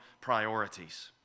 priorities